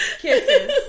kisses